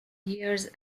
years